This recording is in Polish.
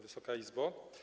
Wysoka Izbo!